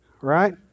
right